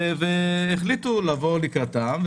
והחליטו לבוא לקראתם,